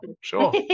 Sure